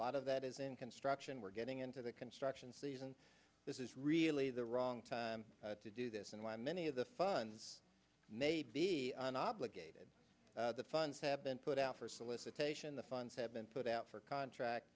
lot of that is in construction we're getting into the construction season this is really the wrong time to do this and why many of the funds may be obligated the funds have been put out for solicitation the funds have been put out for contract